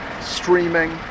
streaming